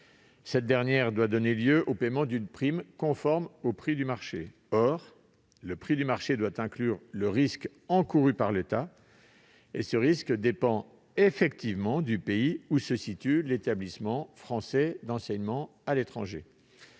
Cette dernière doit donner lieu au paiement d'une prime conforme au prix du marché. Or le prix du marché doit inclure le risque encouru par l'État, et ce risque dépend effectivement du pays où se situe l'établissement français d'enseignement à l'étranger.